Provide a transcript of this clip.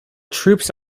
troops